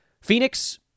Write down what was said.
Phoenix